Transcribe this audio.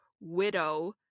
widow